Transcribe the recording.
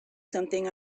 something